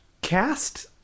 Cast